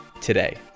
today